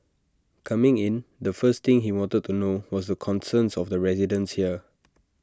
coming in the first thing he wanted to know was the concerns of the residents here